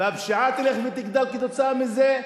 והפשיעה תלך ותגדל כתוצאה מזה.